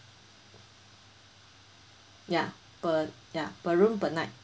ya per ya per room per night